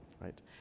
right